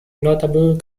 notable